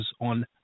on